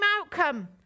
outcome